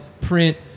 print